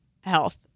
health